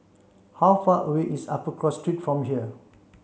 how far away is Upper Cross Street from here